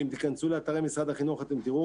אם תיכנסו לאתרי משרד החינוך, אתם תראו